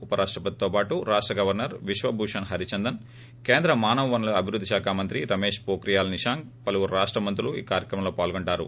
ఉప రాష్టపతితో పాటు రాష్ట గవర్స ర్ విశ్వభూషణ్ హరిచందన్ కేంద్ర మానవ వనరుల అభివృద్ధి శాఖ మంత్రి రమేష్ వో ఖ్రియాల్ నిశాంక్ పలువురు రాష్ట మంత్రులు ఈ కార్యక్రమంలో పాల్గొంటారు